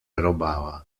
robava